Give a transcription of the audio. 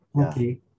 okay